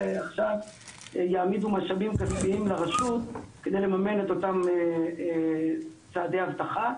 זה יעמידו משאבים כספיים לרשות כדי לממן את אותם צעדי אבטחה.